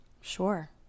Sure